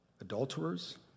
adulterers